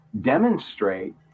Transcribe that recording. demonstrate